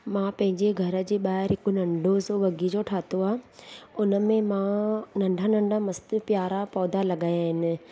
मां पंहिंजे घर जे ॿाहिरि हिकु नंढो सो बगीचो ठाहियो आहे उनमें मां नंढा नंढा मस्तु प्यारा पौधा लॻाया आहिनि